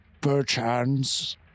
perchance